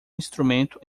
instrumento